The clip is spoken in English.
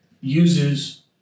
uses